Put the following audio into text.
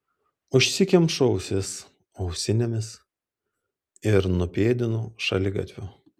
užsikemšu ausis ausinėmis ir nupėdinu šaligatviu